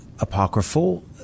apocryphal